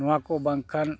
ᱱᱚᱣᱟ ᱠᱚ ᱵᱟᱝᱠᱷᱟᱱ